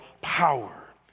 power